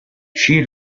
she